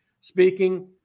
speaking